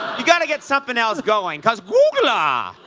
you've got to get something else going, because googler!